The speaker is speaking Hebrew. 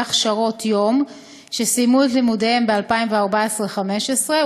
הכשרות יום שסיימו את לימודיהם בשנים 2015-2014,